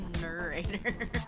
narrator